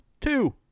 two